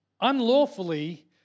unlawfully